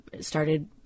started